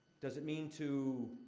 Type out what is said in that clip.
does it mean to,